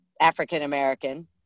African-American